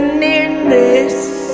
nearness